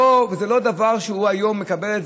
וזה לא דבר שהוא מקבל היום,